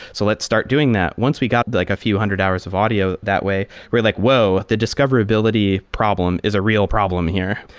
so let's start doing that. once we got the like a few hundred hours of audio that way, we're like, whoa! the discoverability problem is a real problem here.